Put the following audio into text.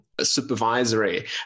supervisory